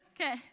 okay